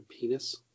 penis